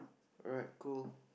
alright cool